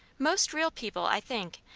most real people, i think,